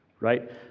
right